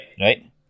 right